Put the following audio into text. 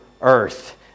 Earth